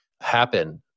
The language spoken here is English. happen